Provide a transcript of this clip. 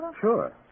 Sure